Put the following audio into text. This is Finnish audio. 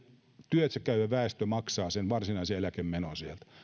työssäkäyvä väestö maksaa sen varsinaisen eläkemenon